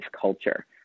culture